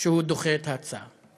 שהוא דוחה את ההצעה.